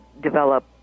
develop